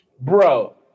Bro